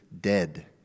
dead